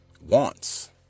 Wants